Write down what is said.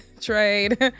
trade